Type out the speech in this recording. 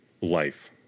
life